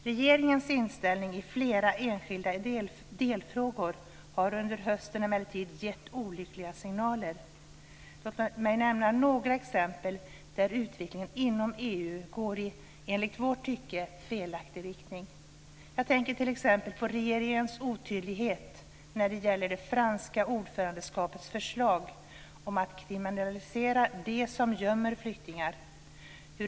Regeringens inställning i flera enskilda delfrågor har under hösten emellertid gett olyckliga signaler. Låt mig nämna några exempel där utvecklingen inom EU går i enligt vårt tycke felaktig riktning. Jag tänker t.ex. på regeringens otydlighet när det gäller det franska ordförandeskapets förslag om att kriminalisera de som gömmer flyktingar.